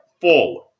forward